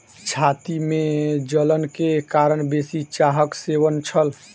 छाती में जलन के कारण बेसी चाहक सेवन छल